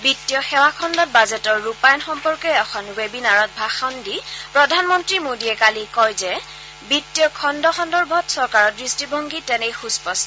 বিত্তীয় সেৱা খণ্ডত বাজেটৰ ৰূপায়ণ সম্পৰ্কীয় এখন ৱেবিনাৰত ভাষণ দি প্ৰধানমন্ত্ৰী মোদীয়ে কালি কয় যে বিত্তীয় খণ্ড সন্দৰ্ভত চৰকাৰৰ দৃষ্টিভংগী তেনেই সুস্পট্ট